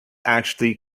actually